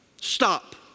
Stop